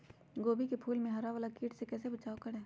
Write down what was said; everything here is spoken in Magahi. गोभी के फूल मे हरा वाला कीट से कैसे बचाब करें?